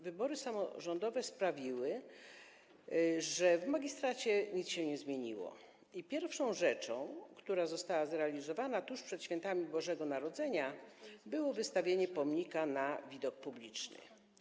Wybory samorządowe sprawiły, że w magistracie nic się nie zmieniło i pierwszą rzeczą, która została zrealizowana tuż przed świętami Bożego Narodzenia, było wystawienie pomnika na widok publiczny.